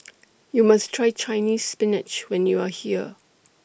YOU must Try Chinese Spinach when YOU Are here